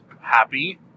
happy